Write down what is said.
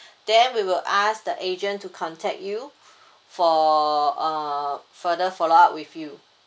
then we will ask the agent to contact you for uh further follow up with you